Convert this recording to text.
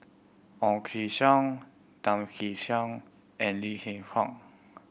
Ong Kim Seng Tan Kee Sek and Lim Hng Hiang